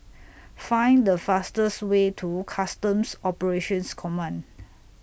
Find The fastest Way to Customs Operations Command